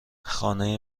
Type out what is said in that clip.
خانه